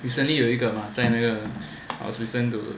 recently 有一个嘛在那个 I was listening to